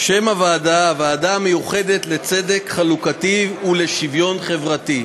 הוועדה: הוועדה המיוחדת לצדק חלוקתי ולשוויון חברתי.